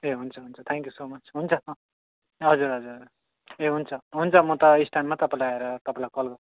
ए हुन्छ हुन्छ thank you so much हुन्छ हजुर हजुर ए हुन्छ हुन्छ म तल स्ट्यान्डमा तपाईँलाई आएर तपाईँलाई कल